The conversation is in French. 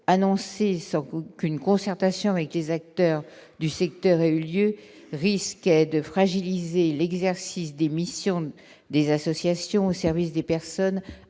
annoncée sans qu'une concertation avec les acteurs du secteur ait eu lieu, risque de fragiliser l'exercice des missions des associations au service des personnes